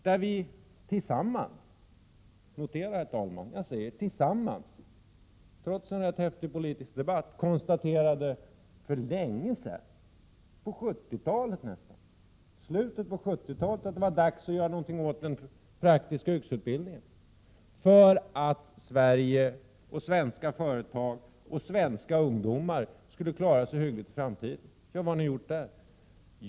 Vi konstaterade tillsammans — notera att jag säger tillsammans — trots en rätt häftig politisk debatt för länge sedan, redan i slutet av 70-talet, att det var dags att göra någonting åt den praktiska yrkesutbildningen för att Sverige, svenska företag och svenska ungdomar skulle klara sig hyggligt i framtiden. Vad har ni gjort?